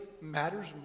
matters